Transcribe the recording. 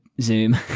zoom